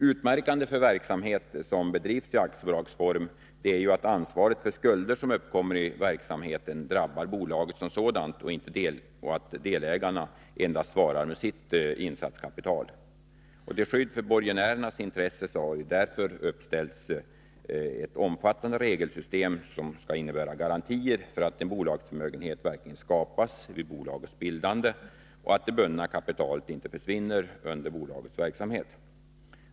Utmärkande för verksamhet som bedrivs i aktiebolagsform är att ansvaret för skulder som uppkommer i verksamheten drabbar bolaget som sådant och att delägarna svarar endast med sitt insatskapital. Till skydd för borgenärer nas intresse har därför uppställts ett omfattande regelsystem som innebär garantier för att en bolagsförmögenhet verkligen skapas vid bolagets bildande och att detta bundna kapital inte sedan försvinner under bolagets verksamhet.